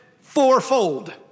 fourfold